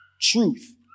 truth